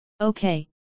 Okay